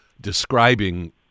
describing